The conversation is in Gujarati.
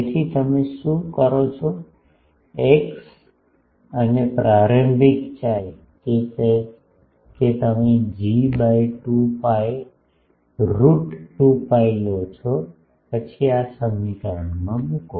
તેથી તમે શું શરૂ કરો છો x અને પ્રારંભિક chi કે તમે G by 2 pi root 2 pi લો છો પછી આ સમીકરણમાં મૂકો